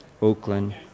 Oakland